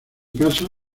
casas